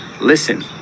listen